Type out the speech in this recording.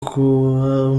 kuba